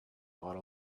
bottle